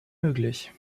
möglich